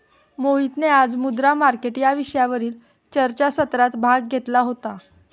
मोहितने आज मुद्रा मार्केट या विषयावरील चर्चासत्रात भाग घेतला होता